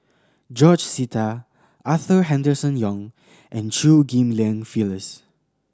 George Sita Arthur Henderson Young and Chew Ghim Lian Phyllis